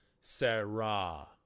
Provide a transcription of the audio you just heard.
Sarah